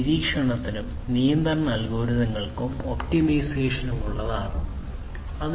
നിരീക്ഷണത്തിനും നിയന്ത്രണ അൽഗോരിതങ്ങൾക്കും ഒപ്റ്റിമൈസേഷനുമുള്ള അൽഗോരിതങ്ങൾ